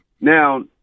now